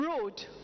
road